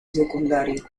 secundario